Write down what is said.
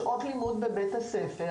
שעות לימוד בבית הספר